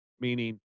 Meaning